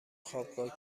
خوابگاه